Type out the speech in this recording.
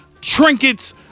trinkets